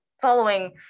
following